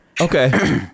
Okay